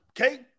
okay